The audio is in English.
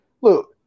look